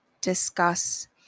discuss